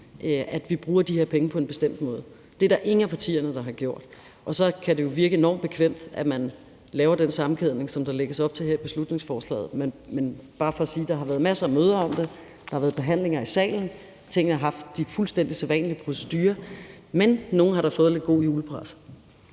at vi bruger de her penge på en bestemt måde. Det er der ingen af partierne, der har gjort. Og så kan det jo virke enormt bekvemt, at man laver den sammenkædning, som der lægges op til her i beslutningsforslaget. Det er bare for sige, at der har været masser af møder om det, der været behandlinger i salen, tingene er sket via de fuldstændig sædvanlige procedurer, men der er da nogle, der har fået lidt god julepresse.